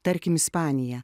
tarkim ispaniją